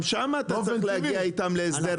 גם שם להגיע איתם להסדרים.